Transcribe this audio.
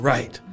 Right